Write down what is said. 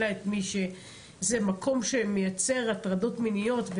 מקום שמייצר הטרדות מיניות,